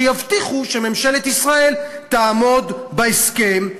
שיבטיחו שממשלת ישראל תעמוד בהסכם,